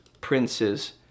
princes